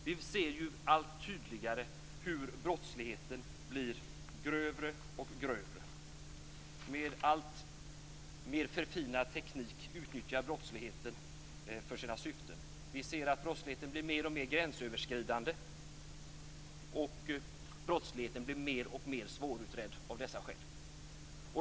Vi ser allt tydligare hur brottsligheten blir grövre och grövre. Brottsligheten utnyttjar alltmer förfinad teknik för sina syften. Vi ser att brottsligheten blir mer och mer gränsöverskridande. Brottsligheten blir mer och mer svårutredd av dessa skäl.